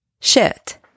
Shirt